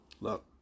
look